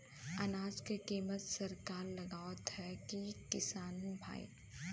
अनाज क कीमत सरकार लगावत हैं कि किसान भाई?